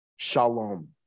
Shalom